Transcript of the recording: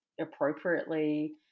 appropriately